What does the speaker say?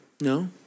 no